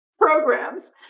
programs